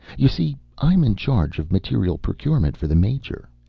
you see, i'm in charge of materiel procurement for the major.